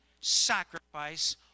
sacrifice